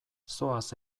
zoaz